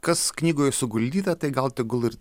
kas knygoj suguldyta tai gal tegul ir